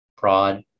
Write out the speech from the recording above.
broad